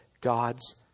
God's